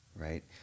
right